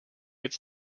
its